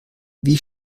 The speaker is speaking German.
wie